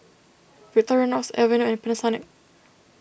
Victorinox Aveeno and Panasonic